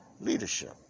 leadership